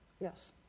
Yes